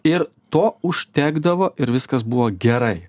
ir to užtekdavo ir viskas buvo gerai